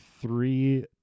three